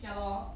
ya lor